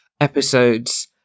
episodes